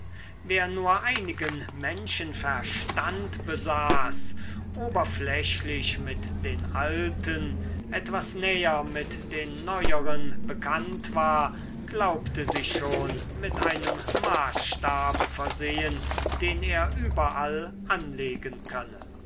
wer nur einigen menschenverstand besaß oberflächlich mit den alten etwas näher mit den neueren bekannt war glaubte sich schon mit einem maßstabe versehen den er überall anlegen könne